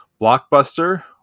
Blockbuster